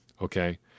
Okay